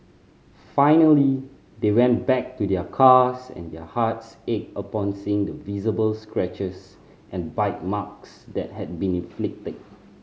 finally they went back to their cars and their hearts ached upon seeing the visible scratches and bite marks that had been inflicted